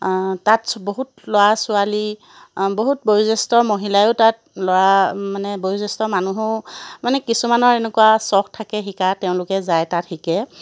তাত ছো বহুত ল'ৰা ছোৱালী বহুত বয়োজ্যেষ্ঠ মহিলায়ো তাত ল'ৰা মানে বয়োজ্যেষ্ঠ মানুহো মানে কিছুমানৰ এনেকুৱা চখ থাকে শিকা তেওঁলোকে যায় তাত শিকে